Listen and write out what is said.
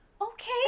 okay